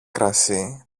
κρασί